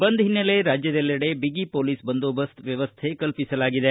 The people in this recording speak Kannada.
ಬಂದ್ ಹಿನ್ನೆಲೆ ರಾಜ್ಯದೆಲ್ಲೆಡೆ ಬಿಗಿ ಮೊಲೀಸ್ ಬಂದೋಬಸ್ತ್ ವ್ಯವಸ್ತೆ ಕಲ್ಪಿಸಲಾಗಿದೆ